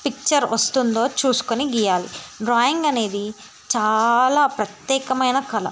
picture వస్తుందో చూసుకుని గీయాలి డ్రాయింగ్ అనేది చాలా ప్రత్యేకమైన కళ